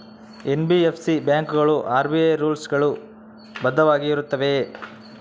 NBFC ಬ್ಯಾಂಕುಗಳು RBI rules ಗಳು ಬದ್ಧವಾಗಿ ಇರುತ್ತವೆಯ?